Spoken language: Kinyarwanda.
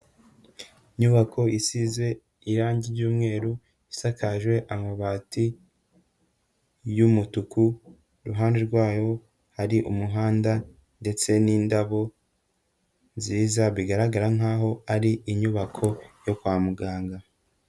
Inyubako isize irange ry'umweru, isakajwe amabati y'umutuku, iruhande rwayo hari umuhanda ndetse n'indabo nziza, bigaragara nk'aho ari inyubako yo kwa muganga.